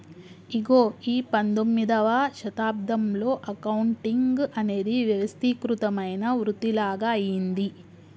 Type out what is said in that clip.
ఇగో ఈ పందొమ్మిదవ శతాబ్దంలో అకౌంటింగ్ అనేది వ్యవస్థీకృతమైన వృతిలాగ అయ్యింది